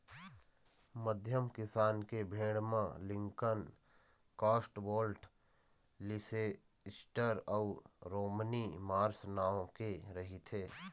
मध्यम किसम के भेड़ म लिंकन, कौस्टवोल्ड, लीसेस्टर अउ रोमनी मार्स नांव के रहिथे